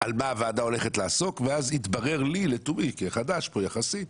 על מה הוועדה הולכת לעסוק ואז התברר לי לתומי כחדש פה יחסית,